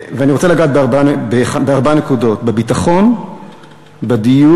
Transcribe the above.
ואני רוצה לגעת בארבע נקודות: בביטחון, בדיור,